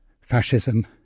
Fascism